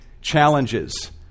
challenges